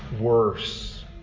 worse